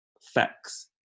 facts